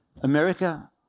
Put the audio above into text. America